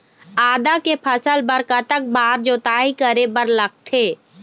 आदा के फसल बर कतक बार जोताई करे बर लगथे?